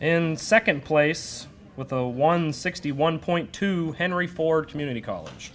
in second place with no one sixty one point two henry ford community college